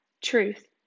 truth